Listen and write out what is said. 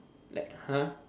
like !huh!